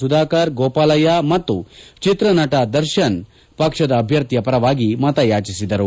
ಸುಧಾಕರ್ ಗೋಪಾಲಯ್ಕ ಮತ್ತು ಚಿತ್ರನಟ ದರ್ಶನ್ ಪಕ್ಷದ ಅಭ್ಯರ್ಥಿಯ ಪರವಾಗಿ ಮತಯಾಚಿಸಿದರು